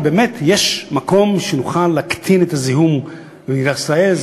כי באמת יש מקום שנוכל להקטין את הזיהום במדינת ישראל,